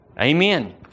Amen